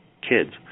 kids